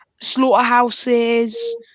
slaughterhouses